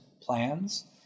plans